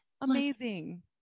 Amazing